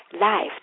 life